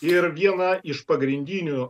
ir viena iš pagrindinių